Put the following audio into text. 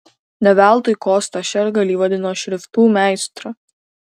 ne veltui kostą šergalį vadino šriftų meistru